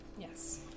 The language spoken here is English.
yes